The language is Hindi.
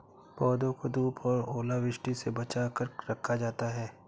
पौधों को धूप और ओलावृष्टि से बचा कर रखा जाता है